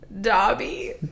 Dobby